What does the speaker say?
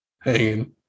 hanging